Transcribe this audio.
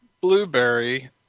Blueberry